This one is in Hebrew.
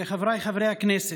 חבריי חברי הכנסת,